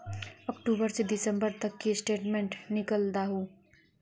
अक्टूबर से दिसंबर तक की स्टेटमेंट निकल दाहू?